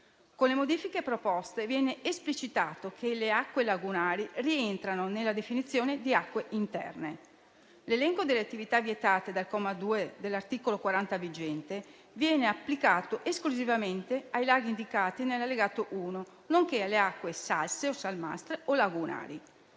Con le modifiche proposte, viene esplicitato che le acque lagunari rientrano nella definizione di acque interne. L'elenco delle attività vietate dal suddetto comma 2 dell'articolo 40 vigente viene applicato esclusivamente ai laghi indicati nell'allegato 1, nonché alle acque salse, salmastre o lagunari.